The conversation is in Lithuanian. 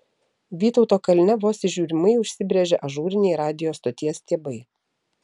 vytauto kalne vos įžiūrimai užsibrėžė ažūriniai radijo stoties stiebai